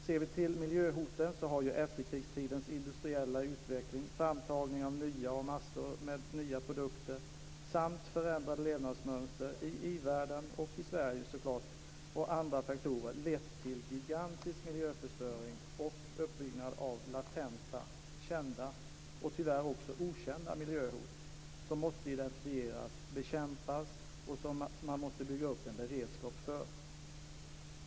Ser vi till miljöhoten har ju efterkrigstidens industriella utveckling, framtagning av massor av nya produkter samt förändrade levnadsmönster, i ivärlden och i Sverige, och andra faktorer lett till en gigantisk miljöförstöring och uppbyggnad av latenta, kända och tyvärr också okända miljöhot, som måste identifieras och bekämpas och som man måste bygga upp en beredskap för.